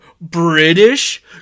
British